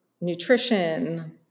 nutrition